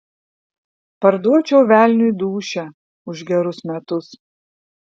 parduočiau velniui dūšią už gerus metus